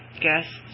guests